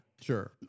Sure